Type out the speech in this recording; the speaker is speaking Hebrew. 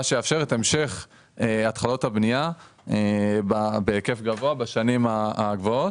מה שיאפשר את המשך התחלות הבניה בהיקף גבוה בשנים הקרובות.